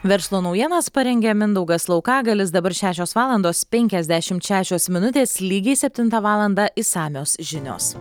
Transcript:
verslo naujienas parengė mindaugas laukagalis dabar šešios valandos penkiasdešimt šešios minutės lygiai septintą valandą išsamios žinios